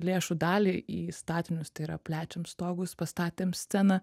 lėšų dalį į statinius tai yra plečiam stogus pastatėm sceną